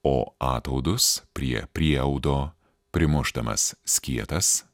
o ataudus prie prieaudo primušdamas skietas